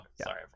sorry